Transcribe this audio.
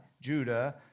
Judah